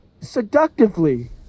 seductively